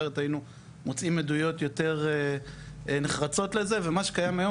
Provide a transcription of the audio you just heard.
אחרת היינו מוצאים עדויות יותר נחרצות לזה ומה שקיים היום